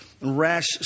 Rash